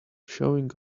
showing